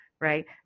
right